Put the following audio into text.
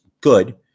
good